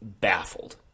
baffled